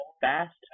fast